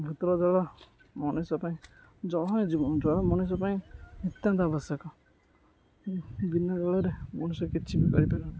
ଭୂତଳ ଜଳ ମଣିଷ ପାଇଁ ଜଳ ହିଁ ଜୀବନ ଜଳ ମଣିଷ ପାଇଁ ନତ୍ୟାନ୍ତ ଆବଶ୍ୟକ ବିନା ଜଳରେ ମଣିଷ କିଛି ବି କରିପାରିବନି